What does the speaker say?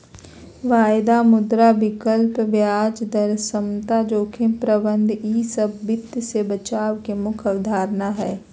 वायदा, मुद्रा विकल्प, ब्याज दर समता, जोखिम प्रबंधन ई सब वित्त मे बचाव के मुख्य अवधारणा हय